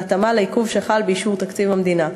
בהתאמה לעיכוב שחל באישור תקציב המדינה.